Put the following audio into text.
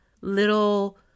little